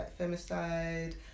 femicide